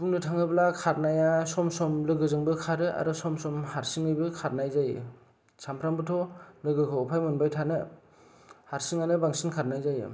बुंनो थाङोब्ला खारनाया सम सम लोगोजोंबो खारो आरो सम सम हारसिंबो खारनाय जायो सानफ्रामबोथ' लोगोखौ आफाया मोनबाय थानो हारसिङैनो बांसिन खारनाय जायो